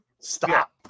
Stop